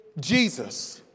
Jesus